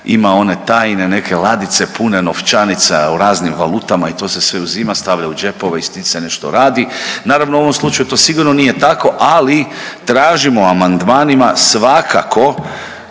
ima one tajne neke ladice pune novčanica u raznim valutama i to se sve uzima i stavlja u džepove i s tim se nešto radi. Naravno u ovom slučaju to sigurno nije tako, ali tražimo amandmanima svakako